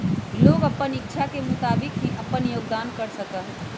लोग अपन इच्छा के मुताबिक ही अपन योगदान कर सका हई